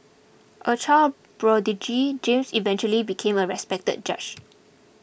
a child prodigy James eventually became a respected judge